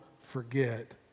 forget